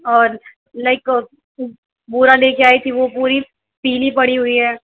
اور لایک بورا لے کے آئی تھی وہ پوری پیلی پڑی ہوئی ہے